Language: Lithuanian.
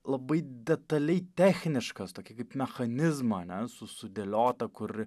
labai detaliai techniškas tokį kaip mechanizmo ne sudėliotą kur